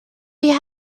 you